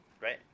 right